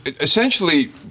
essentially